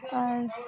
ᱟᱨ